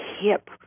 hip